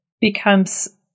becomes